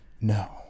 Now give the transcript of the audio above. No